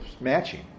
matching